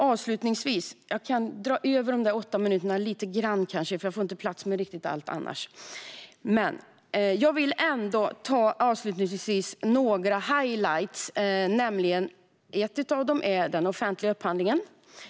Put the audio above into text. Avslutningsvis vill jag peka på några highlights. Ett av dem är den offentliga upphandlingen.